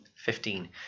Fifteen